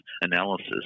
analysis